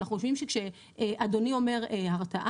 אנחנו חושבים שכשאדוני אומר הרתעה,